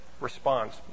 response